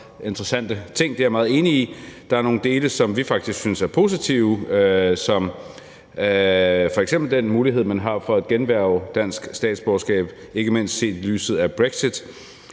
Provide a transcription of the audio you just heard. interessante ting, og det er jeg meget enig i. Der er nogle dele, som vi faktisk synes er positive. Det gælder f.eks. den mulighed, man har, for at generhverve dansk statsborgerskab, ikke mindst set i lyset af brexit.